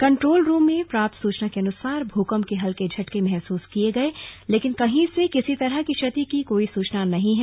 control room से प्राप्त सूचना के अनुसार भूकंप के हल्के झटके महसूस किए गए लेकिन कहीं से किसी तरह की क्षति की कोई सूचना नहीं है